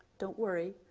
don't worry,